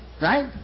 right